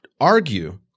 argue